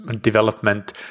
development